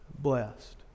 Blessed